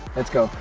let's go!